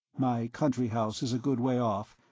my country house is a good way off,